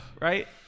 right